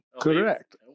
Correct